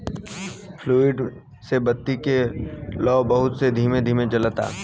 fluid से बत्ती के लौं बहुत ही धीमे धीमे जलता